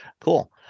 Cool